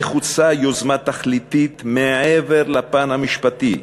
נחוצה יוזמה תכליתית מעבר לפן המשפטי,